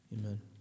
Amen